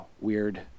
weird